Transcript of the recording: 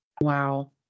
Wow